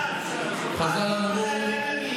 אל תתפלל.